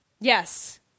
Yes